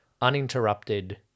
uninterrupted